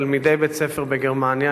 תלמידי בית-ספר בגרמניה,